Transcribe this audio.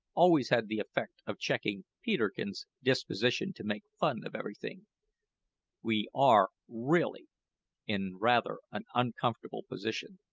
always had the effect of checking peterkin's disposition to make fun of everything we are really in rather an uncomfortable position.